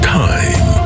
time